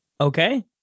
Okay